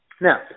Now